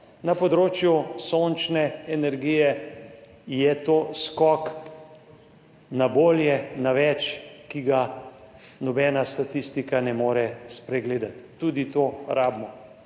Na področju sončne energije je to skok na bolje, na več, ki ga nobena statistika ne more spregledati. Tudi to rabimo.